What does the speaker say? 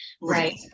right